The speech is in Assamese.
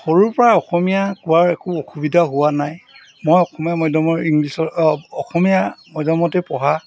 সৰুৰপৰা অসমীয়া কোৱাৰ একো অসুবিধা হোৱা নাই মই অসমীয়া মাধ্যমৰ ইংলিছৰ অসমীয়া মাধ্যমতে পঢ়া